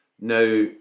Now